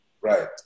Right